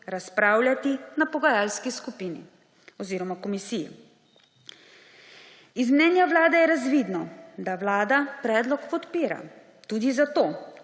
razpravljati na pogajalski skupini oziroma komisiji. Iz mnenja Vlade je razvidno, da Vlada predlog podpira tudi zato,